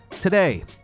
Today